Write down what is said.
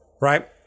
Right